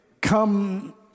come